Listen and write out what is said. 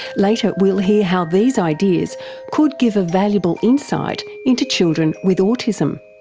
later we'll hear how these ideas could give a valuable insight into children with autism.